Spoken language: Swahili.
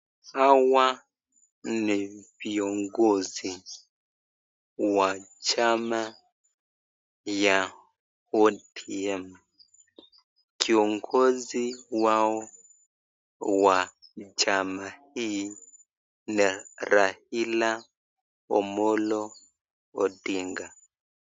Hawa ni viongozi wa chama ya ODM. Kiongozi wao wa chama hii ni Raila Omollo Odinga.